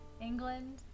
England